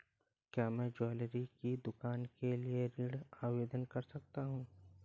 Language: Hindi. क्या मैं ज्वैलरी की दुकान के लिए ऋण का आवेदन कर सकता हूँ?